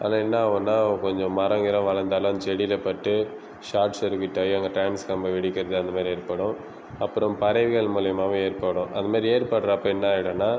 அது என்னாவும்னா கொஞ்சம் மரம் கிரம் வளந்தாலோ அந்த செடியில் பட்டு ஷார்ட் சர்க்யூட் ஆகி அங்கே டிரான்ஸ்ஃபார்ம் வெடிக்கிறது அந்த மாதிரி ஏற்படும் அப்பறம் பறவைகள் மூலியமாவும் எற்படும் அந்த மாதிரி ஏற்படறப்போ என்ன ஆயிடும்னா